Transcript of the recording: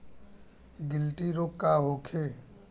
गिल्टी रोग का होखे?